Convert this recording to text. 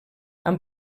amb